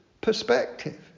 perspective